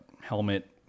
helmet